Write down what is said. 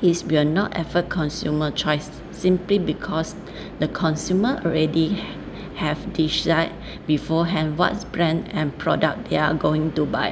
is we are not affect consumer choice simply because the consumer already ha~ have decide beforehand what brand and product they're going to buy